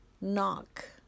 knock